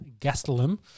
Gastelum